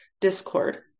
Discord